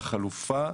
החלופה,